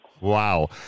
Wow